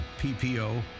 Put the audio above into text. ppo